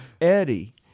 Eddie—